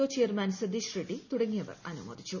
O chairman Satheesh Reddy തുടങ്ങിയവർ അനുമോദിച്ചു